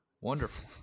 Wonderful